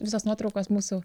visos nuotraukos mūsų